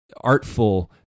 artful